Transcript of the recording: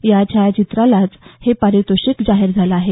या छायाचित्रालाच हे पारिततोषिक जाहीर झालं आहे